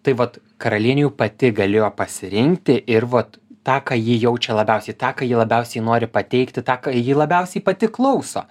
tai vat karalienė jau pati galėjo pasirinkti ir vat tą ką ji jaučia labiausiai tą ką ji labiausiai nori pateikti tą ką ji labiausiai pati klauso